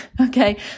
Okay